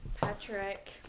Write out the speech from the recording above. Patrick